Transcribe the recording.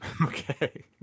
Okay